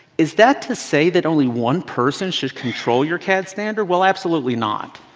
is that to say that only one person should control your cad standard? well, absolutely not.